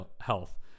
health